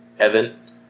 Evan